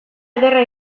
ederra